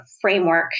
framework